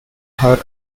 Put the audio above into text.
her